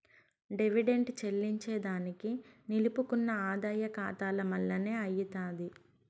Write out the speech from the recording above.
dividend చెల్లింజేదానికి నిలుపుకున్న ఆదాయ కాతాల మల్లనే అయ్యితాది